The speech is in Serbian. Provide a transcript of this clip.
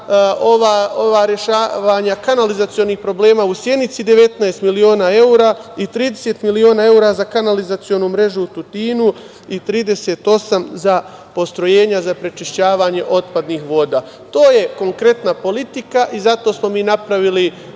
ova rešavanja kanalizacionih problema u Sjenici 19 miliona evra i 30 miliona evra za kanalizacionu mrežu u Tutinu i 38 miliona za postrojenja za prečišćavanje otpadnih voda. To je konkretna politika i zato smo mi napravili